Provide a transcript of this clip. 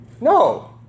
No